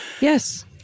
Yes